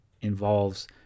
involves